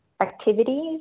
activities